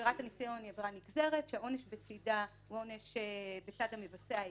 עבירת הניסיון היא עבירה נגזרת שהעונש בצדה הוא עונש בצד המבצע העיקרי.